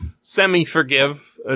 semi-forgive